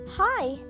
hi